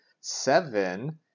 seven